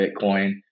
Bitcoin